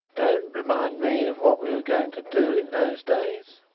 don't remind me of what we were going to do in those days.